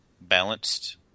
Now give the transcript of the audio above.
balanced